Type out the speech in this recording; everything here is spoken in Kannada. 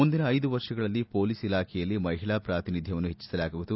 ಮುಂದಿನ ಐದು ವರ್ಷಗಳಲ್ಲಿ ಪೊಲೀಸ್ ಇಲಾಖೆಯಲ್ಲಿ ಮಹಿಳಾ ಪ್ರಾತಿನಿಧ್ಯವನ್ನು ಹೆಚ್ಚಿಸಲಾಗುವುದು